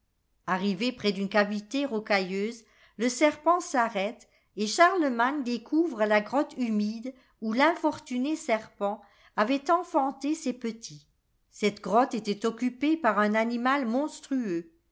arrivé près d'une cavité rocaiaeuse le serpent s'arrête et charlemagne découvre la grotte humide où l'infortuné serpent avait enfanté ses petits cette grotte était occupée par un animal monstrueux